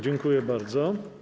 Dziękuję bardzo.